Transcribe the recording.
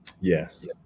Yes